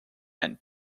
and